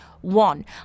One